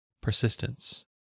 persistence